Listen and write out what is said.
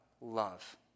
love